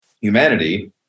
humanity